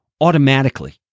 automatically